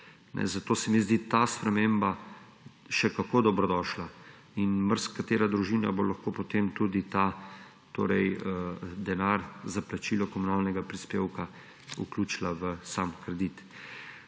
Zato se mi zdi ta sprememba še kako dobrodošla in marsikatera družina bo potem lahko tudi denar za plačilo komunalnega prispevka vključila v sam kredit.